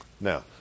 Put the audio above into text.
Now